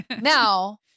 Now